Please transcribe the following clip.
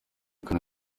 kane